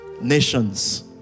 Nations